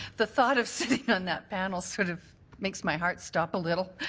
the thought of sitting on that panel sort of makes me heart stop a little.